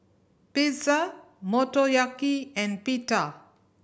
Pizza Motoyaki and Pita